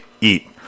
eat